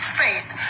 face